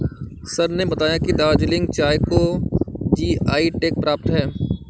sir ने बताया कि दार्जिलिंग चाय को जी.आई टैग प्राप्त है